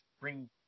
bring